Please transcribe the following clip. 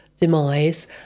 demise